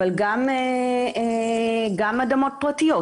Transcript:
אבל גם אדמות פרטיות,